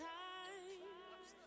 times